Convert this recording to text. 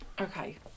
Okay